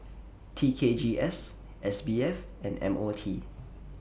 T K G S S B F and M O T